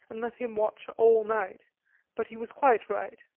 and let him watch all night but he was quite right.